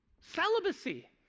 celibacy